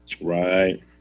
Right